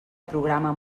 programa